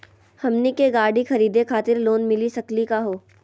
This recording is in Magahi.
हमनी के गाड़ी खरीदै खातिर लोन मिली सकली का हो?